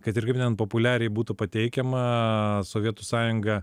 kad ir kaip ten populiariai būtų pateikiama sovietų sąjunga